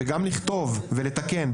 וגם לכתוב ולתקן,